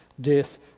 death